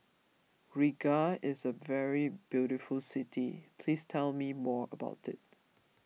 Riga is a very beautiful city please tell me more about it